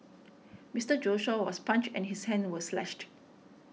Mister Joshua was punched and his hands were slashed